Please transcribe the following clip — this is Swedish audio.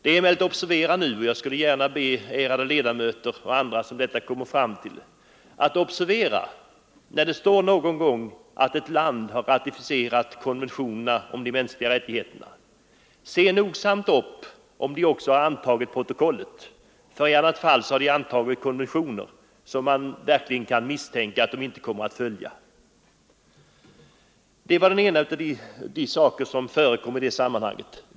Jag ber de ärade ledamöterna och andra som detta kommer fram till att observera en sak, när det står någon gång att ett land har ratificerat konventionerna om de mänskliga rättigheterna: Se nogsamt upp om landet i fråga också har ratificerat protokollet, för i annat fall har det antagit konventioner som det finns anledning misstänka att landet inte kommer att följa! Det var den ena av de saker som förekom i det sammanhanget.